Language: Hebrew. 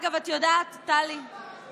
אגב, את יודעת, טלי, גאה בך.